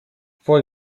for